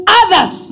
others